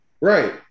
Right